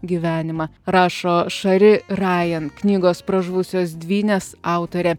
gyvenimą rašo shari j ryan knygos pražuvusios dvynės autorė